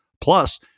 plus